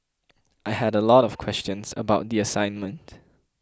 I had a lot of questions about the assignment